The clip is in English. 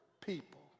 people